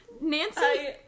Nancy